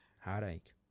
heartache